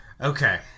Okay